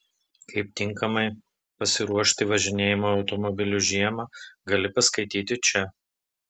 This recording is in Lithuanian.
kaip tinkamai pasiruošti važinėjimui automobiliu žiemą gali paskaityti čia